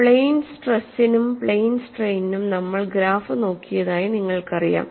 plane സ്ട്രെസ്സിനും plane സ്ട്രെയ്നിനും നമ്മൾ ഗ്രാഫ് നോക്കിയതായി നിങ്ങൾക്കറിയാം